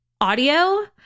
audio